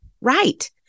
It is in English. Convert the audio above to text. Right